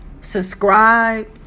Subscribe